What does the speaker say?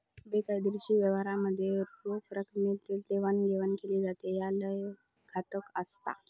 बेकायदेशीर व्यवहारांमध्ये रोख रकमेतच देवाणघेवाण केली जाता, ह्या लय घातक असता